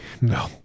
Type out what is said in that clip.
No